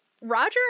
Roger